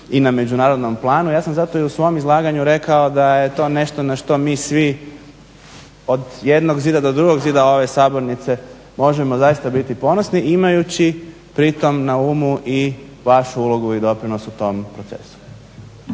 i na međunarodnom planu. Ja sam zato i u svom izlaganju rekao da je to nešto na što mi svi od jednog zida do drugog zida ove sabornice možemo zaista biti ponosni imajući pritom na umu i vašu ulogu i doprinos u tom procesu.